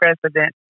president